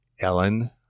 ellen